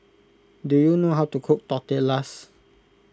do you know how to cook Tortillas